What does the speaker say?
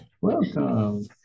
Welcome